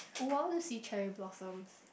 oh I want to see cherry blossoms